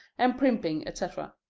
and primping, etc.